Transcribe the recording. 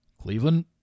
Cleveland